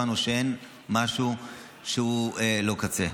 והבנו שאין משהו שהוא לא קצה.